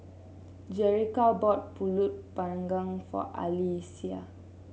Jerica bought pulut panggang for Alyssia